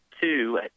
two